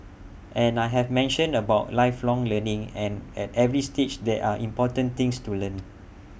and I have mentioned about lifelong learning and at every stage there are important things to learn